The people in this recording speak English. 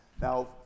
Now